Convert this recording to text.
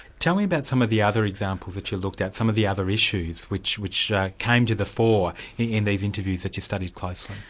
tell me about some of the other examples that you looked at, some of the other issues, which which came to the fore in these interviews that you studied closely.